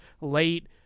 late